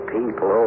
people